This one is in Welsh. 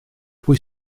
pwy